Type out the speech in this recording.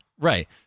right